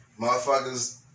motherfuckers